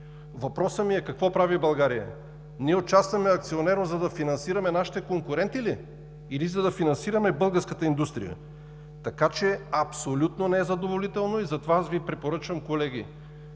Въпросът ми е: какво прави България? Ние участваме акционерно, за да финансираме нашите конкуренти ли, или за да финансираме българската индустрия? Така че абсолютно е незадоволително и затова аз Ви препоръчвам, колеги,